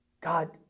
God